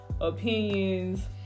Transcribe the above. opinions